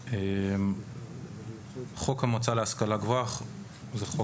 התשכ"ח 1968,"; (9)אחרי ההגדרה "חוק